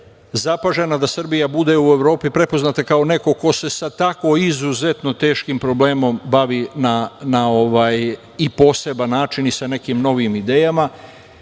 zapažena, da Srbija bude u Evropi prepoznata kao neko ko se sa tako izuzetno teškim problemom bavi na poseban način i sa nekim posebnim